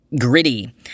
Gritty